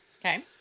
Okay